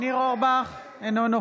(קוראת בשמות חברי הכנסת) ניר אורבך, אינו נוכח